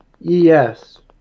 yes